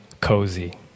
cozy